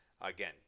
Again